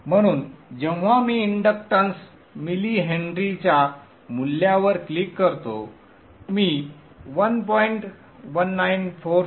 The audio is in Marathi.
म्हणून जेव्हा मी इंडक्टन्स मिलि हेन्रीच्या मूल्यावर क्लिक करतो संदर्भ वेळ 2808 मी 1